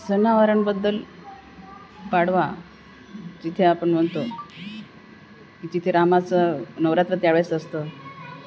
सणावारांबद्दल पाडवा जिथे आपण म्हणतो जिथे रामाचं नवरात्र त्यावेळेस असतं